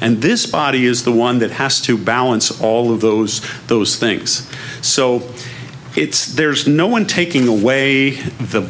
and this body is the one that has to balance all of those those things so it's there's no one taking away the